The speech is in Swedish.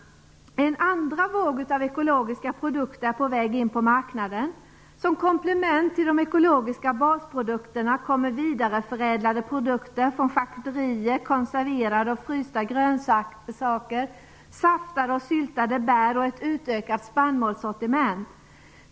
En andra våg av ekologiska produkter är på väg in på marknaden. Som komplement till de ekologiska basprodukterna kommer vidareförädlade produkter från charkuterier, konserverade och frysta grönsaker, saftade och syltade bär och ett utökat spannmålssortiment.